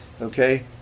Okay